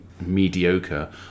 mediocre